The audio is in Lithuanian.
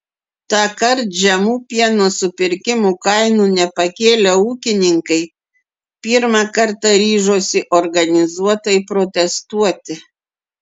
tąkart žemų pieno supirkimo kainų nepakėlę ūkininkai pirmą kartą ryžosi organizuotai protestuoti